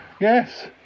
yes